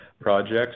projects